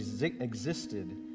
existed